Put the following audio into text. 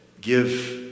give